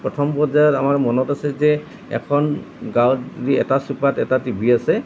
প্ৰথম পৰ্যায়ত আমাৰ মনত আছে যে এখন গাঁৱত যি এটা চুবাত এটা টিভি আছে